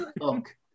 Look